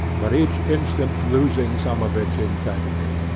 but each instant losing some of its integrity?